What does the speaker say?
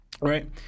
right